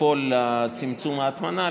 לפעול לצמצום ההטמנה,